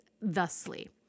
thusly